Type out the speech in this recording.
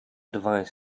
device